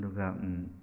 ꯑꯗꯨꯒ